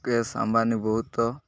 ମୁକେଶ ଅମ୍ବାନୀ ବହୁତ